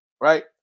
right